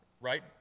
right